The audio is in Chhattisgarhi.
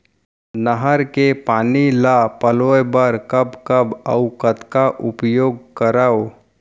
नहर के पानी ल पलोय बर कब कब अऊ कतका उपयोग करंव?